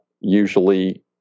usually